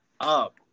up